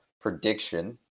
prediction